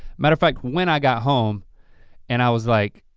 matter of fact, when i got home and i was like,